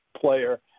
player